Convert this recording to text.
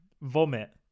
Vomit